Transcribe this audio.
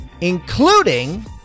including